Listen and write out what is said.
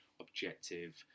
objective